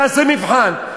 תעשו מבחן.